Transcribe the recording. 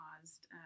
caused